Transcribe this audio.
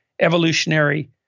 evolutionary